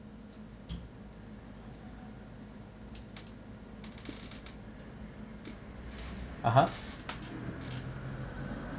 (uh huh)